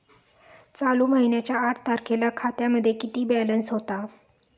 चालू महिन्याच्या आठ तारखेला खात्यामध्ये किती बॅलन्स होता?